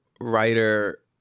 writer